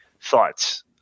Thoughts